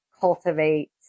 cultivate